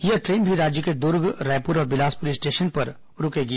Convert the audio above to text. यह ट्रेन भी राज्य के दुर्ग रायपुर और बिलासपुर स्टेशन पर रूकेगी